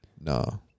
no